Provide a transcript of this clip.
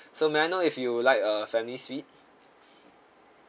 so may I know if you would like a family suite